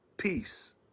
peace